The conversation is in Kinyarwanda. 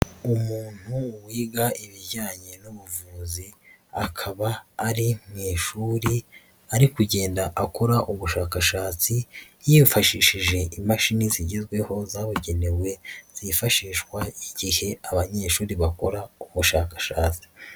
Umuntu wiga ibijyanye n'ubuvuzi akaba ari mu ishuri ari kugenda akora ubushakashatsi yifashishije imashini zigezweho zabugenewe zifashishwa igihe abanyeshuri bakora ubushakashatsi.